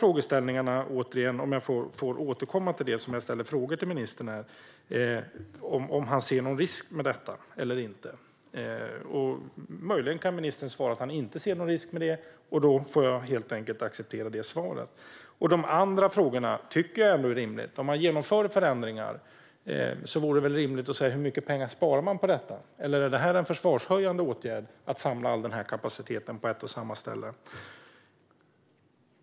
Jag skulle vilja återkomma till det som jag frågade ministern om, huruvida han ser någon risk med detta eller inte. Möjligen kan ministern svara att han inte ser någon risk med detta, och då får jag helt enkelt acceptera det svaret. Om man genomför förändringar tycker jag att det är rimligt att fråga hur mycket pengar man sparar på detta. Eller är det en försvarshöjande åtgärd att samla all denna kapacitet på ett och samma ställe?